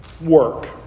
work